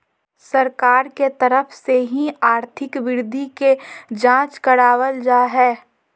सरकार के तरफ से ही आर्थिक वृद्धि के जांच करावल जा हय